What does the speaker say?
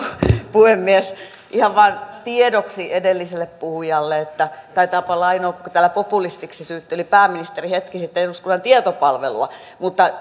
puhemies ihan vain tiedoksi edelliselle puhujalle että taitaapa olla ainoa täällä populistiksi syytteli pääministeri hetki sitten eduskunnan tietopalvelua mutta